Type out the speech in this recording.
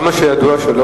עד כמה שידוע לא,